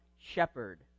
shepherd